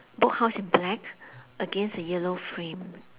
book house in black against a yellow frame